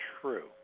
true